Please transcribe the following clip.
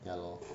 ya lor